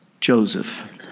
Joseph